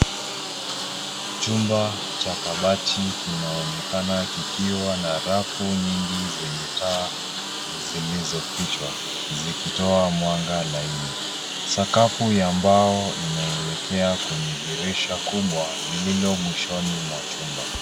Chumba cha kabati kinaonekana kikiwa na rafu nyingi zenye taa zilizofichwa zikitoa mwanga laini sakafu ya mbao inaelekea kwenye dirisha kubwa lililo mwishoni mwa chumba.